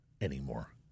anymore